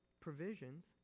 provisions